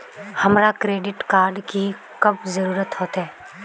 हमरा credit card की कब जरूरत होते?